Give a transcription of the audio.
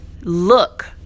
look